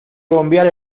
bombear